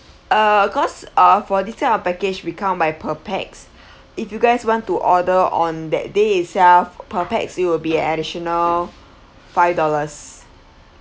uh because ah for this type of package we count by per pax if you guys want to order on that day itself per pax it will be additional five dollars